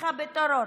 בתמיכה בטרור,